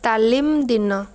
ତାଲିମ୍ ଦିନ